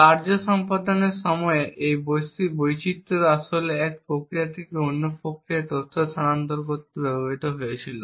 কার্য সম্পাদনের সময়ের এই বৈচিত্রটি আসলে এক প্রক্রিয়া থেকে অন্য প্রক্রিয়ায় তথ্য স্থানান্তর করতে ব্যবহৃত হয়েছিল